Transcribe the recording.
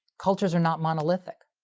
cultures are not monolithic,